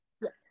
Yes